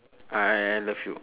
I love you